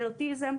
של אוטיזם,